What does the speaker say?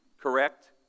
Correct